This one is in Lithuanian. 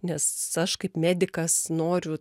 nes aš kaip medikas noriu